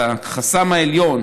והחסם העליון,